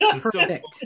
Perfect